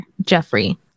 Jeffrey